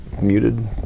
muted